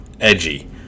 edgy